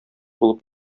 булып